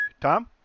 tom